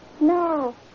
No